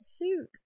Shoot